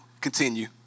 Continue